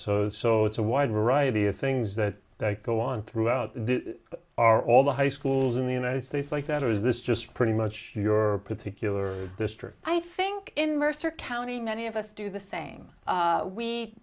s so it's a wide variety of things that don't go on throughout the are all the high schools in the united states like that or is this just pretty much your particular district i think in mercer county many of us do the same